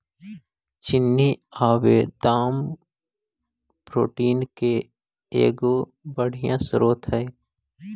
चिनिआबेदाम protein के एगो बढ़ियाँ स्रोत हई